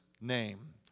name